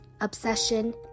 obsession